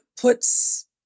puts